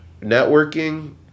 networking